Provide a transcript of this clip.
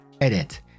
Edit